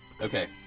Okay